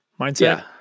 mindset